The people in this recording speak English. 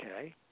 okay